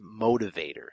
motivator